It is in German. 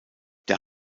der